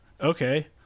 Okay